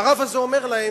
והרב הזה אומר להם: